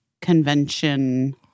convention